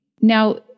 Now